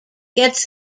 gets